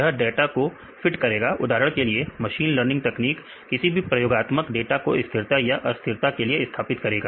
यह डाटा को फिट करेगा उदाहरण के लिए मशीन लर्निंग तकनीक किसी भी प्रयोगात्मक डाटा को स्थिरता या और अस्थिरता के लिए स्थापित करेगा